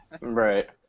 Right